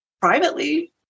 privately